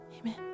amen